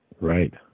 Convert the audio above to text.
Right